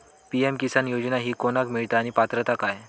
PM Kisan योजना ही कोणाक मिळता आणि पात्रता काय?